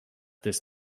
this